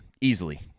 Easily